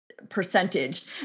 percentage